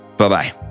Bye-bye